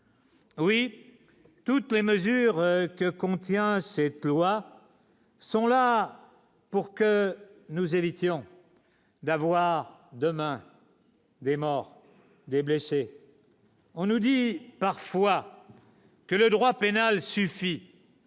oui, toutes les mesures. Sûr que contient cette loi sont là pour que nous évitions d'avoir demain des morts, des blessés. On nous dit parfois. Que le droit pénal suffit